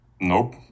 Nope